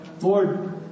Lord